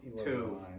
two